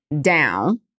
down